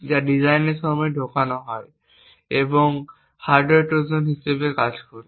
যা ডিজাইনের সময় ঢোকানো হয় একটি হার্ডওয়্যার ট্রোজান হিসাবে কাজ করবে